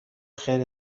خیر